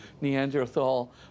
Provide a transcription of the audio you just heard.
neanderthal